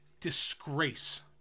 Disgrace